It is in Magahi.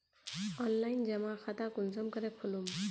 ऑनलाइन जमा खाता कुंसम करे खोलूम?